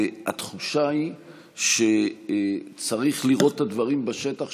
התחושה היא שצריך לראות את הדברים בשטח,